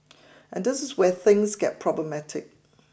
and this is where things get problematic